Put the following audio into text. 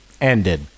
ended